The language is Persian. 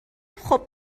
خوب